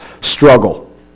struggle